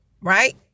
right